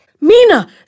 Mina